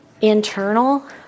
internal